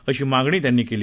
अशी मागणी त्यांनी केली